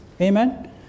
Amen